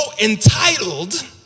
entitled